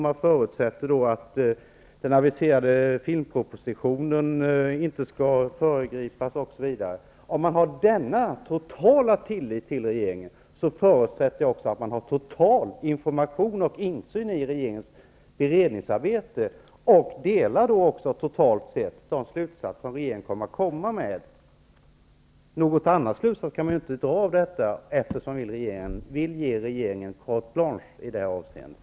Man förutsätter att den aviserade filmpropositionen inte skall föregripas osv. Om man har denna totala tillit till regeringen förutsätter jag också att man har total information och insyn i regeringens beredningsarbete och delar, totalt sett, de slutsatser regeringen skall komma med. Någon annan slutsats kan man inte dra eftersom ni vill ge regeringen carte blanche i det avseendet.